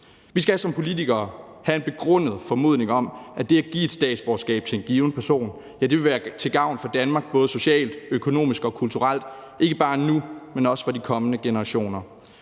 Vi skal som politikere have en begrundet formodning om, at det at give et statsborgerskab til en given person vil være til gavn for Danmark, både socialt, økonomisk og kulturelt – ikke bare nu, men også for de kommende generationer.